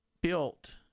built